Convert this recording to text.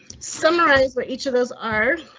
summarize with each of those are,